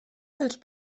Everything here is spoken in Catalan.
els